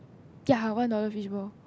ya one dollar fish ball